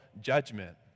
judgment